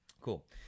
cool